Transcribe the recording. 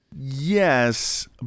Yes